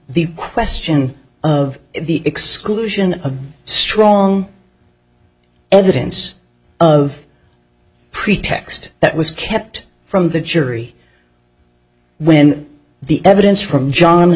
the question of the exclusion of strong evidence of pretext that was kept from the jury when the evidence from john